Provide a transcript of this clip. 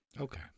Okay